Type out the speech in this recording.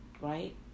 Right